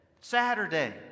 Saturday